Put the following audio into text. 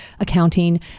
accounting